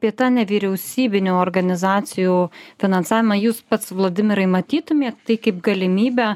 apie tą nevyriausybinių organizacijų finansavimą jūs pats vladimirai matytumėt tai kaip galimybę